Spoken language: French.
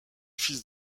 fils